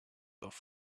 off